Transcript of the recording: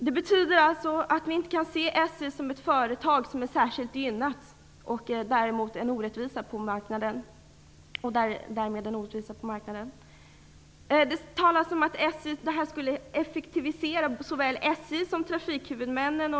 Det betyder att vi inte kan se SJ som ett företag som är särskilt gynnat men däremot som en orättvisa på marknaden. Det talas om att avregleringen skulle effektivisera såväl SJ som trafikhuvudmännen.